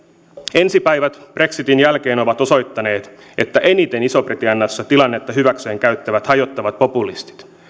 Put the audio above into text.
ensi päivät brexitin jälkeen ovat osoittaneet että eniten isossa britanniassa tilannetta hyväkseen käyttävät hajottavat populistit